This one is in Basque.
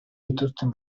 dituzten